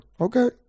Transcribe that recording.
Okay